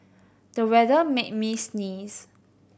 the weather made me sneeze